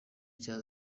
cya